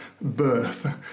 birth